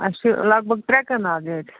اَسہِ چھُ لگ بگ ترٛےٚ کَنال ییٚتہِ